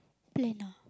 plan ah